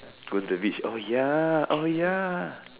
going to reach oh ya oh ya